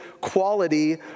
quality